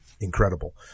incredible